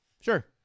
Sure